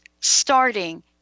starting